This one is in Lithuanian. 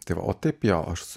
tai va o taip jo aš